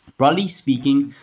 broadly speaking,